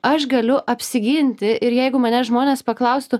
aš galiu apsiginti ir jeigu mane žmonės paklaustų